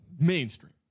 Mainstream